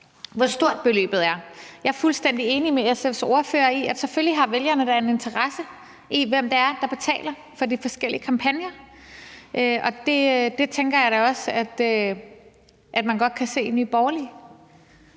hvor stort beløbet er. Jeg er fuldstændig enig med SF's ordfører i, at selvfølgelig har vælgerne da en interesse i, hvem det er, der betaler for de forskellige kampagner, og det tænker jeg da at man også godt kan se i Nye Borgerlige.